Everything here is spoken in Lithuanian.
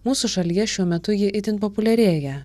mūsų šalyje šiuo metu ji itin populiarėja